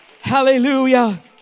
Hallelujah